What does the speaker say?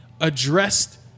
addressed